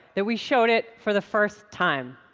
that we showed it for the first time.